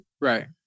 right